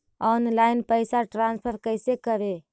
Online पैसा transfer कैसे करे?